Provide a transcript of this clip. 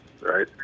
right